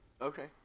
Okay